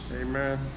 Amen